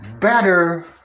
Better